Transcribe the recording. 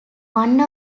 one